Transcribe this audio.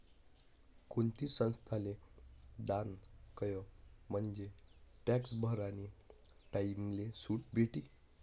कोणती संस्थाले दान कयं म्हंजे टॅक्स भरानी टाईमले सुट भेटी